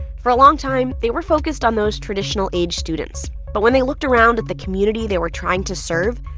for a long time, they were focused on those traditional-age students. but when they looked around at the community they were trying to serve,